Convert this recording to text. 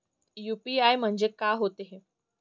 UPI म्हणजे का होते?